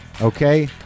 Okay